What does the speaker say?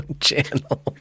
channel